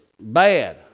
bad